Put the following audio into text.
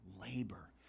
labor